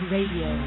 Radio